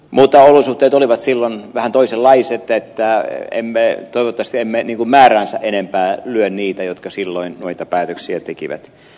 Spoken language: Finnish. mutta olosuhteet olivat silloin vähän toisenlaiset joten toivottavasti emme niin kuin määräänsä enempää lyö niitä jotka silloin noita päätöksiä tekivät